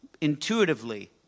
intuitively